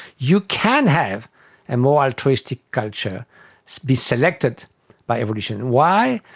you can have a more altruistic culture be selected by evolution. why?